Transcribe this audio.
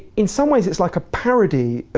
in someways it's like a parody.